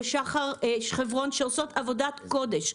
ושחר חברון שעושות עבודת קודש,